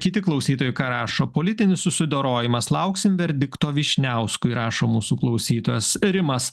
kiti klausytojai ką rašo politinis susidorojimas lauksim verdikto vyšniauskui rašo mūsų klausytojas rimas